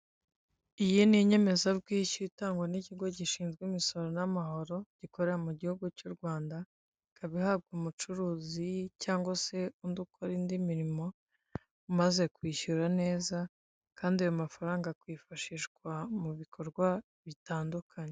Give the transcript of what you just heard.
Iyi ninyemezabwishyu itangwa nikigo gishinzwe imisoro namahoro gikorera mugihugu cy'urwanda, ikaba uhabwa umucuruzi cyangwa se undi ukora indi mirimo umaze kwishyura neza Kandi ayo mafaranga akifashishwa mubikorwa bitandukanye.